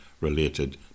related